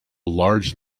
large